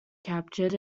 captured